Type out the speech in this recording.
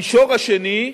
המישור השני,